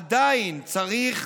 עדיין, צריך